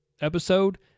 episode